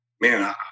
man